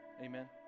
Amen